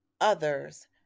others